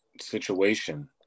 situation